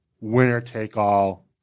winner-take-all